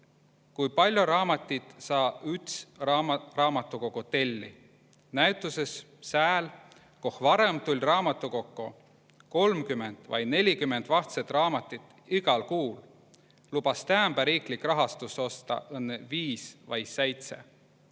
kui pallo raamatit saa üts raamatukogo telli'. Näütusõs sääl, koh varõmp tull raamatukoko 30 vai 40 vahtsõt raamatit õgal kuul, lubas täämbä riiklik rahastus osta õnnõ viis